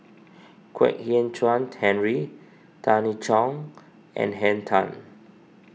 Kwek Hian Chuan Henry Tan I Tong and Henn Tan